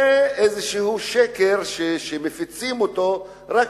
זה איזה שקר שמפיצים אותו רק